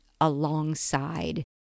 alongside